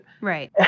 Right